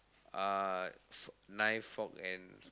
uh f~ knife fork and